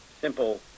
simple